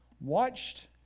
watched